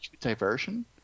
diversion